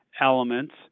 elements